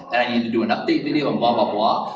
and i need to do an updated video and blah, blah, blah.